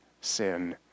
sin